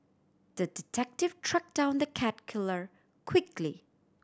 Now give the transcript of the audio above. the detective tracked down the cat killer quickly